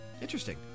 Interesting